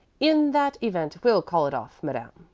in that event we'll call it off, madame,